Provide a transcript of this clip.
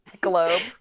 globe